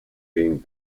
being